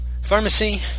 pharmacy